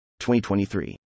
2023